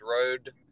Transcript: road